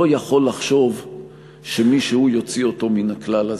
לא יכול לחשוב שמישהו יוציא אותו מן הכלל הזה,